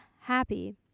happy